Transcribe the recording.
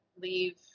leave